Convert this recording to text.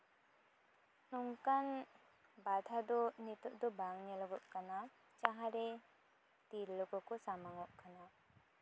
ᱱᱚᱝᱠᱟᱱ ᱵᱟᱫᱷᱟ ᱫᱚ ᱱᱤᱛᱚᱜ ᱫᱚ ᱵᱟᱝ ᱧᱮᱞᱚᱜᱚᱜ ᱠᱟᱱᱟ ᱡᱟᱦᱟᱸ ᱨᱮ ᱛᱤᱨᱞᱟᱹ ᱠᱚᱠᱚ ᱥᱟᱢᱟᱝ ᱚᱜ ᱠᱟᱱᱟ